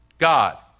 God